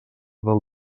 del